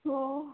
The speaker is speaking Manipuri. ꯑꯣ